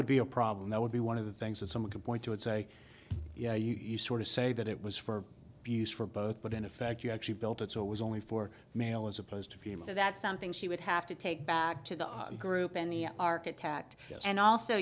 would be a problem that would be one of the things that someone could point to and say yeah you sort of say that it was for abuse for both but in effect you actually built it so it was only for male as opposed to female so that's something she would have to take back to the group and the architect and also